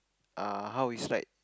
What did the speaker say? uh how it's like